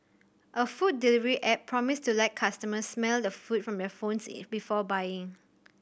a food delivery app promised to let customers smell the food from their phones before buying